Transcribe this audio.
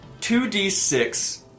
2d6